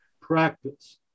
Practice